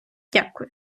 дякую